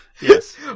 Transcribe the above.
Yes